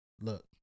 look